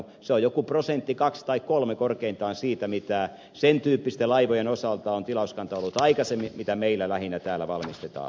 se on joku prosentti kaksi tai kolme korkeintaan siitä mitä sen tyyppisten laivojen osalta on tilauskanta ollut aikaisemmin mitä meillä lähinnä täällä valmistetaan